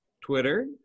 Twitter